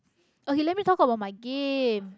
okay let me talk about my game